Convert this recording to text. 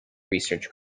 research